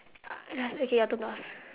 uh okay your turn to ask